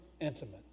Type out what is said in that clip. intimate